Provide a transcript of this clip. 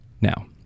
Now